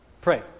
Pray